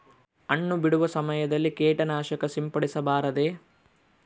ಹಣ್ಣು ಬಿಡುವ ಸಮಯದಲ್ಲಿ ಕೇಟನಾಶಕ ಸಿಂಪಡಿಸಬಾರದೆ?